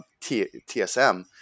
TSM